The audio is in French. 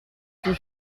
fut